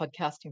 podcasting